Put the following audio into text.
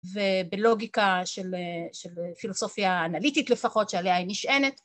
ובלוגיקה של פילוסופיה אנליטית לפחות שעליה היא נשענת